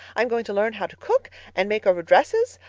i'm going to learn how to cook and make over dresses.